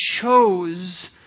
chose